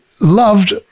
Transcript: loved